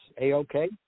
A-OK